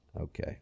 Okay